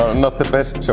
not the best